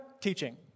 Teaching